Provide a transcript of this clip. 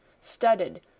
studded